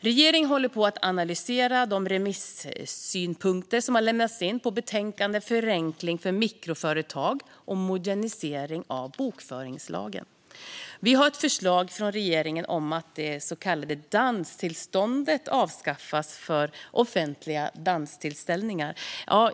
Regeringen håller på att analysera de remissynpunkter som har lämnats på betänkandet Förenklingar för mikroföretag och modernisering av bokföringslagen . Vi har ett förslag från regeringen om att det så kallade danstillståndet ska avskaffas för offentliga danstillställningar.